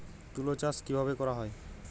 তুলো চাষ কিভাবে করা হয়?